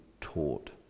taught